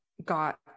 got